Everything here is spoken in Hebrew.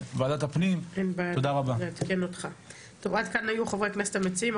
עד כאן היו חברי הכנסת המציעים,